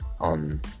on